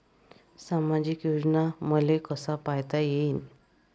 सामाजिक योजना मले कसा पायता येईन?